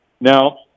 Now